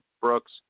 brooks